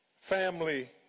Family